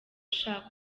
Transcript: shaka